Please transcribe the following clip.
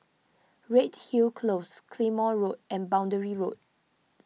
Redhill Close Claymore Road and Boundary Road